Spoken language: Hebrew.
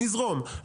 נזרום עם זה.